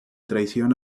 traición